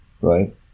right